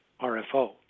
RFO